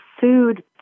food